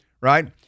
right